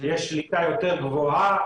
יש שליטה יותר גבוהה